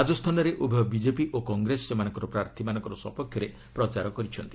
ରାଜସ୍ଥାନରେ ଉଭୟ ବିଜେପି ଓ କଂଗ୍ରେସ ସେମାନଙ୍କର ପ୍ରାର୍ଥୀମାନଙ୍କ ସପକ୍ଷରେ ପ୍ରଚାର କରୁଛନ୍ତି